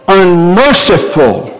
unmerciful